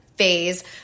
Phase